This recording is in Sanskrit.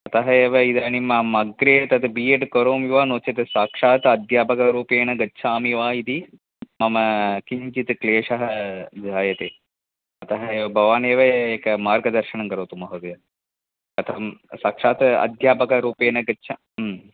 अतः एव इदानीम् अहम् अग्रे तत् बि एड् करोमि वा नो चेत् साक्षात् अध्यापकरूपेण गच्छामि वा इति मम किञ्चित् क्लेशः जायते अतः एव भवानेव एकमार्गदर्शनं करोतु महोदय कथम् साक्षात् अध्यापकरूपेण गच्छा